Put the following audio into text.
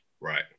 Right